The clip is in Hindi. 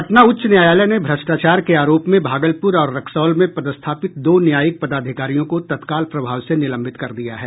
पटना उच्च न्यायालय ने भ्रष्टाचार के आरोप में भागलपुर और रक्सौल में पदस्थापित दो न्यायिक पदाधिकारियों को तत्काल प्रभाव से निलंबित कर दिया है